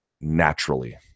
naturally